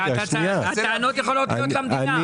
הטענות יכולות להיות למדינה.